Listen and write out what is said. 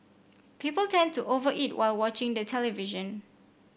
people tend to over eat while watching the television